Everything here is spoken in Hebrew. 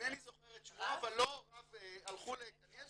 אינני זוכר את שמו אבל הלכו --- נתן